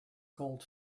cold